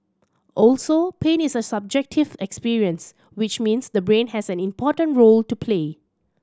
also pain is a subjective experience which means the brain has an important role to play